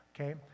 Okay